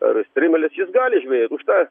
ar strimeles jis gali žvejot už tą